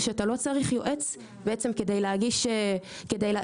זה שאתה לא צריך יועץ כדי להגיש בקשה.